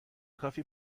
کافی